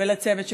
ולצוות שלך,